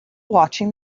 watching